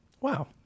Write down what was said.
Wow